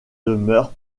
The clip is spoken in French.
demeures